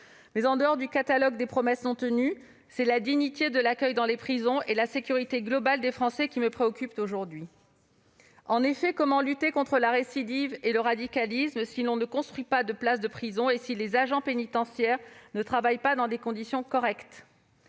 là. Au-delà du catalogue des promesses non tenues, c'est la dignité de l'accueil dans les prisons et la sécurité globale des Français qui me préoccupent aujourd'hui. En effet, comment lutter contre la récidive et le radicalisme si l'on ne construit pas de places de prison et si les agents pénitentiaires ne travaillent pas dans des conditions correctes ?